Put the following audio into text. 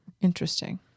Interesting